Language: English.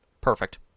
Perfect